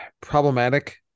problematic